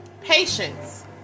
patience